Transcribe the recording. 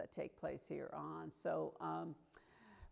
that take place here on so